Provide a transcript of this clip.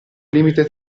limite